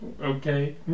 okay